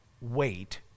wait